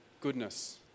goodness